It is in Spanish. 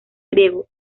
griego